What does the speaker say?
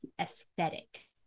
aesthetic